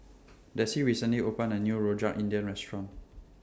Desi recently opened A New Rojak India Restaurant